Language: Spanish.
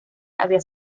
había